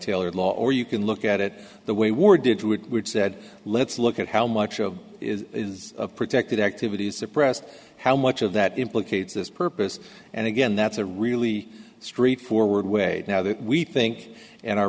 taylor law or you can look at it the way war did woodward said let's look at how much of it is protected activity is suppressed how much of that implicates this purpose and again that's a really straightforward way now that we think and our